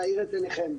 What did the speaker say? להאיר את עיניכם.